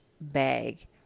bag